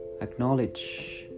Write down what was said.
acknowledge